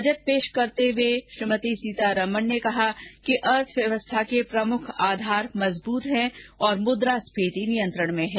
budget पेश करते हुए श्रीमती सीतारामन कहा कि अर्थव्यवस्था के प्रमुख आधार मजबूत हैं और मुद्रास्फीति नियंत्रण में है